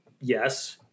Yes